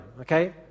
okay